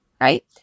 right